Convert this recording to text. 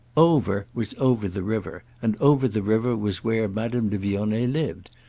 over was over the river, and over the river was where madame de vionnet lived,